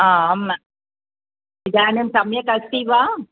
आम् इदानीं सम्यक् अस्ति वा